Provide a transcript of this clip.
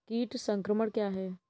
कीट संक्रमण क्या है?